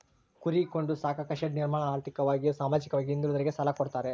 ಕುರಿ ಕೊಂಡು ಸಾಕಾಕ ಶೆಡ್ ನಿರ್ಮಾಣಕ ಆರ್ಥಿಕವಾಗಿ ಸಾಮಾಜಿಕವಾಗಿ ಹಿಂದುಳಿದೋರಿಗೆ ಸಾಲ ಕೊಡ್ತಾರೆ